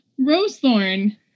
Rosethorn